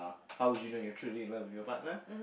how would you know you're truly in love with your partner